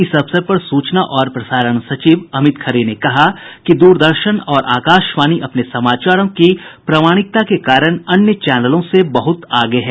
इस अवसर पर सूचना और प्रसारण सचिव अमित खरे ने कहा कि दूरदर्शन और आकाशवाणी अपने समाचारों की प्रामाणिकता के कारण अन्य चैनलों से बहुत आगे है